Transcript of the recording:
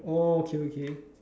okay okay